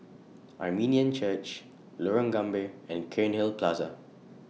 Armenian Church Lorong Gambir and Cairnhill Plaza